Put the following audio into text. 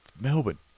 Melbourne